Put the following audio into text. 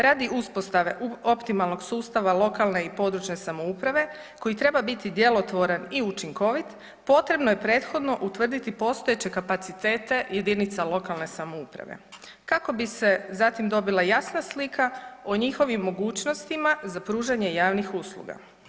Radi uspostave optimalnog sustave lokalne i područne samouprave koji treba biti djelotvoran i učinkovit potrebno je prethodno utvrditi postojeće kapacitete jedinica lokalne samouprave kako bi se zatim dobila jasna slika o njihovim mogućnostima za pružanje javnih usluga.